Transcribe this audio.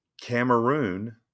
Cameroon